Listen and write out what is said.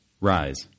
Rise